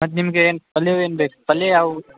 ಮತ್ತು ನಿಮ್ಗೇನು ಪಲ್ಯವೇನು ಬೇಕಾ ಪಲ್ಯ ಯಾವು